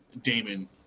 Damon